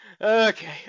Okay